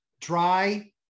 Dry